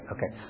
Okay